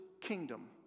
kingdom